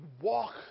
walk